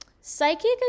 Psychic